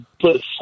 put